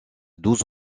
douze